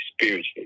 spiritually